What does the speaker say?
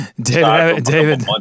David